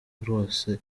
rwose